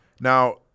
now